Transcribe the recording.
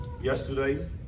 Yesterday